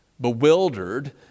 Bewildered